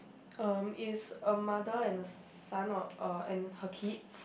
um is a mother and a son or uh and her kids